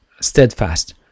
steadfast